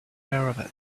caravan